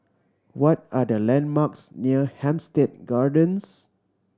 what are the landmarks near Hampstead Gardens